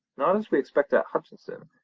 not as we expected at hutcheson,